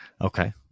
Okay